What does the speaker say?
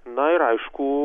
na ir aišku